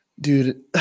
Dude